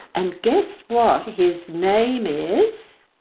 and guess what his name is?